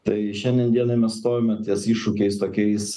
tai šiandien dienai mes stovime ties iššūkiais tokiais